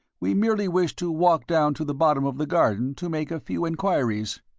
we merely wish to walk down to the bottom of the garden to make a few enquiries.